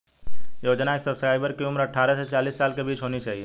योजना के सब्सक्राइबर की उम्र अट्ठारह से चालीस साल के बीच होनी चाहिए